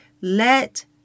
Let